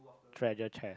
treasure chair